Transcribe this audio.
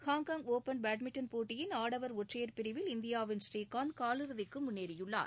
Hong Kong open badminton போட்டியின் ஆடவா் ஒற்றையா் பிரிவில் இந்தியாவின் ஸ்ரீகாந்த் கால் இறுதிக்கு முன்னேறியுள்ளார்